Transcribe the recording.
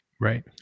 Right